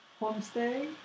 homestay